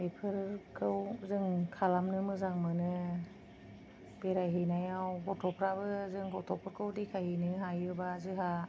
बेफोरखौ जों खालामनो मोजां मोनो बेरायहैनायाव गथ'फ्राबो जों गथ'फोरखौ देखायहैनो हायोबा जोंहा